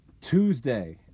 Tuesday